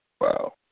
Wow